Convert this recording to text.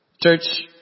Church